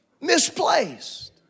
misplaced